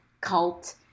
cult